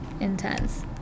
intense